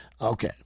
Okay